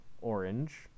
orange